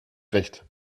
recht